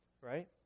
right